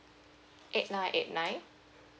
eight nine eight nine